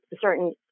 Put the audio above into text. certain